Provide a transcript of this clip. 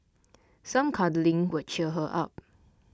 some cuddling would cheer her up